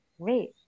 great